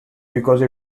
because